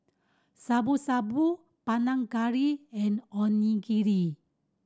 Shabu Shabu Panang Curry and Onigiri